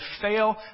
fail